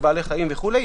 בבעלי חיים וכולי,